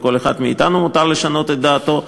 לכל אחד מאתנו מותר לשנות את דעתו.